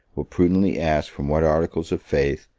will prudently ask from what articles of faith,